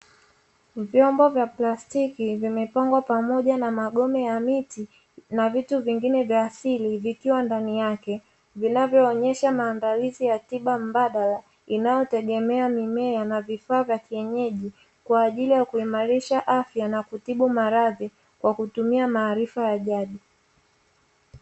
Vyombo vya plastiki vinepangwa pamoja na magome ya miti na vitu vingine vya asili vikiwa ndani yake, vinavyoonyesha maandalizi ya tiba mbadala inayotegemea mimea na vifaa vya kienyeji, kwa ajili ya kuimarisha afya na kutibu maradhi kwa kutumia maarifa ya jadi.